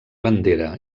bandera